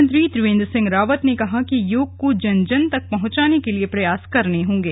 मुख्यमंत्री त्रिवेन्द्र सिंह रावत ने कहा कि योग को जन जन तक पहुंचाने के लिए प्रयास करने होंगे